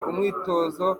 umwitozo